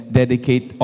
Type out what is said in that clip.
dedicate